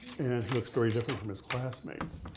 he looks very different from his classmates.